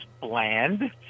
bland